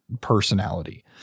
personality